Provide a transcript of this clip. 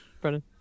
Brendan